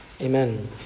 Amen